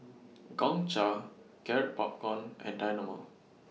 Gongcha Garrett Popcorn and Dynamo